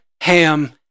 ham